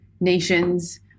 nations